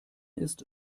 ist